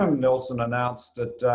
um nelson announced that